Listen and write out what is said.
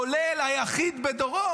כולל היחיד בדורו,